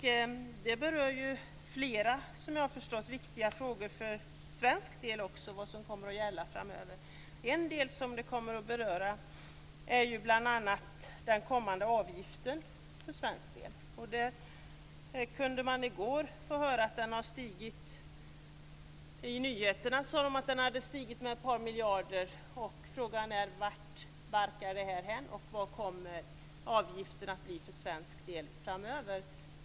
Det berör flera viktiga frågor för svensk del framöver. En gäller den kommande avgiften för svensk del. Där kunde man i nyheterna i går höra att den har stigit med ett par miljarder. Frågan är vart barkar det här hän, och vilken kommer avgiften att bli för svensk del framöver.